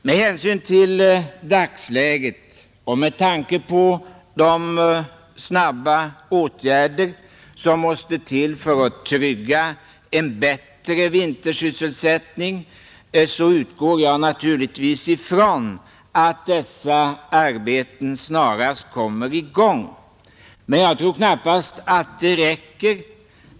Med hänsyn till dagsläget och med tanke på de snabba åtgärder som måste till för att trygga en bättre vintersysselsättning utgår jag naturligtvis ifrån att dessa arbeten snarast kommer i gång. Men jag tror knappast att det räcker.